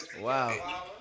Wow